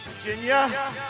Virginia